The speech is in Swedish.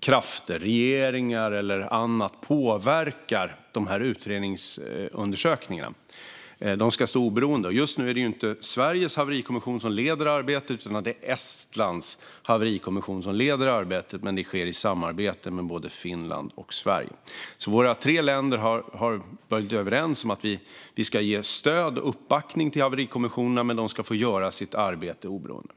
krafter, regeringar eller andra påverkar sådana utredningsundersökningar. De ska stå oberoende. Just nu är det inte Sveriges haverikommission som leder arbetet, utan det är Estlands haverikommission som gör det. Men det sker i samarbete med både Finland och Sverige. Våra tre länder har varit överens om att ge stöd och uppbackning till haverikommissionen men de ska få göra sitt arbete oberoende.